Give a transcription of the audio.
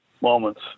moments